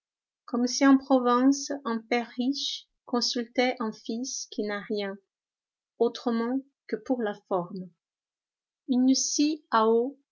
comme si en province un père riche consultait un fils qui n'a rien autrement que pour la forme une scie à eau